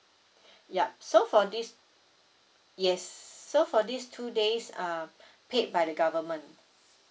yup so for this yes so for these two days are paid by the government